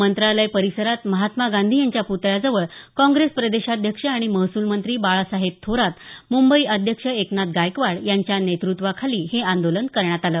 मंत्रालय परिसरात महात्मा गांधी यांच्या प्तळ्याजवळ काँग्रेस प्रदेशाध्यक्ष आणि महसूल मंत्री बाळासाहेब थोरात मंबई अध्यक्ष एकनाथ गायकवाड यांच्या नेतृत्वाखाली हे आंदोलन करण्यात आलं